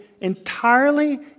entirely